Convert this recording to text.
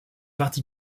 parti